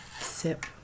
sip